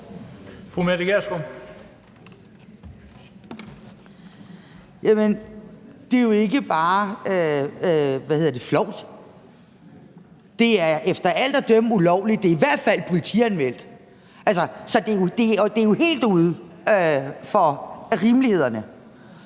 det er jo ikke bare flovt. Det er efter alt at dømme ulovligt, og det er i hvert fald politianmeldt. Og det er jo helt uden for rimelighedens